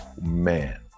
man